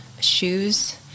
shoes